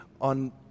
on